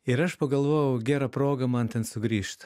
ir aš pagalvojau gera proga man ten sugrįžt